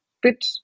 bit